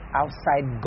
outside